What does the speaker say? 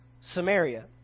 Samaria